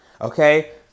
Okay